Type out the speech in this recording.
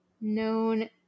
known